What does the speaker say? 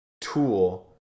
tool